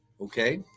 Okay